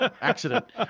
Accident